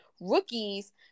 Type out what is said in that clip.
rookies